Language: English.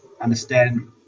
understand